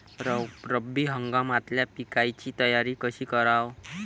रब्बी हंगामातल्या पिकाइची तयारी कशी कराव?